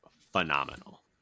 phenomenal